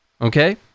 Okay